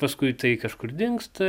paskui tai kažkur dingsta